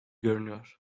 görünüyor